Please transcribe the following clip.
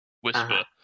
whisper